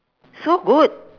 so good